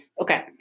Okay